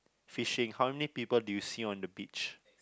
fishing how many people do you see on the beach